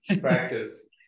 practice